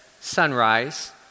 sunrise